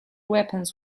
weapons